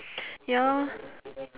ya lor